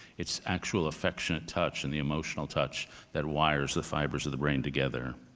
it's actual affectionate touch and the emotional touch that wires the fibers of the brain together.